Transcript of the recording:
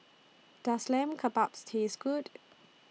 Does Lamb Kebabs Taste Good